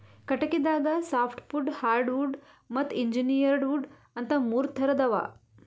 ಕಟಗಿದಾಗ softwood hardwood ಮತ್ತ್ engineered wood ಅಂತಾ ಮೂರ್ ಥರದ್ ಅವಾ